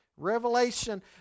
Revelation